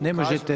Ne možete.